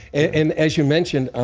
and as you mentioned,